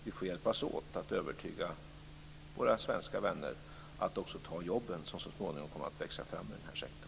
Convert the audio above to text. Vi får hjälpas åt att övertyga våra svenska vänner att också ta jobben som så småningom kommer att växa fram ur den här sektorn.